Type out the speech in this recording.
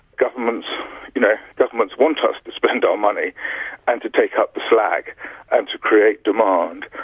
governments you know governments want us to spend our money and to take up the slack and to create demand.